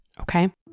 Okay